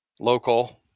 local